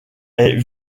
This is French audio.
est